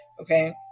Okay